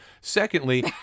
Secondly